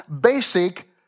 basic